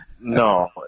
No